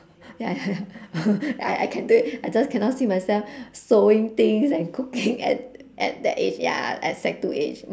ya ya ya I I can do it I just cannot see myself sewing things and cooking at at that age ya at sec two age